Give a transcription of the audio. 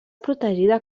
protegida